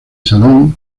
salón